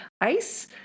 ice